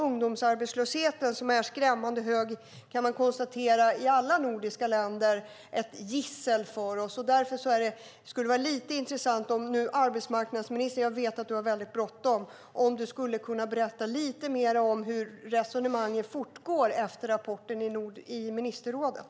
Ungdomsarbetslösheten som är skrämmande hög i alla nordiska länder är ett gissel. Jag vet att ministern har väldigt bråttom, men det skulle vara intressant om hon kunde berätta lite mer om hur resonemanget fortgår efter rapporten i ministerrådet.